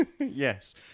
Yes